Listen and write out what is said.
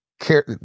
care